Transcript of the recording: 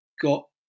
got